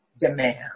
demand